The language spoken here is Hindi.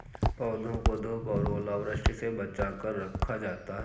पौधों को धूप और ओलावृष्टि से बचा कर रखा जाता है